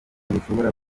zishobora